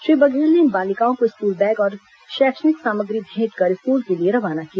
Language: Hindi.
श्री बघेल ने इन बालिकाओं को स्कूल बैग और शैक्षणिक सामग्री भेंट कर स्कूल के लिए रवाना किया